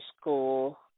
School